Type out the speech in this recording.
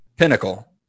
Pinnacle